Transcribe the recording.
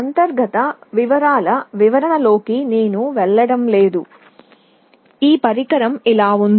అంతర్గత వివరాల వివరణలోకి నేను వెళ్ళడం లేదు ఈ పరికరం ఇలా ఉంది